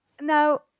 Now